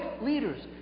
leaders